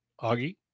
Augie